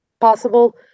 possible